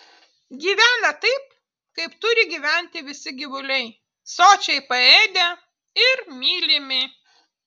gyvena taip kaip turi gyventi visi gyvuliai sočiai paėdę ir mylimi